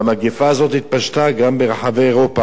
והמגפה הזאת התפשטה גם ברחבי אירופה.